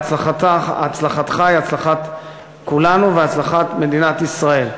והצלחתך היא הצלחת כולנו והצלחת מדינת ישראל.